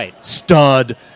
stud